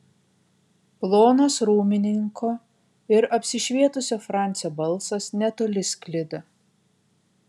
plonas rūmininko ir apsišvietusio francio balsas netoli sklido